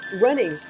running